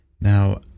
Now